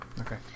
Okay